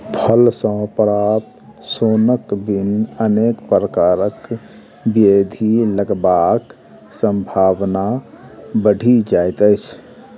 फल सॅ प्राप्त सोनक बिन अनेक प्रकारक ब्याधि लगबाक संभावना बढ़ि जाइत अछि